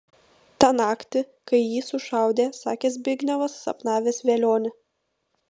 tą naktį kai jį sušaudė sakė zbignevas sapnavęs velionį